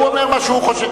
הוא אומר מה שהוא חושב.